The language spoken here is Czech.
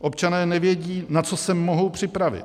Občané nevědí, na co se mohou připravit.